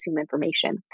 information